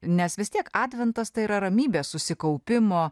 nes vis tiek adventas tai yra ramybės susikaupimo